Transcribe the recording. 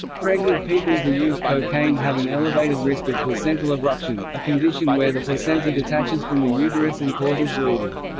pregnant people who use cocaine have an elevated risk of placental abruption, a condition where the placenta detaches from the uterus and causes bleeding.